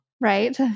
Right